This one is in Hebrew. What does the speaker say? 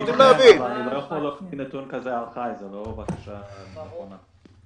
זאת לא בקשה נכונה.